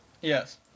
Yes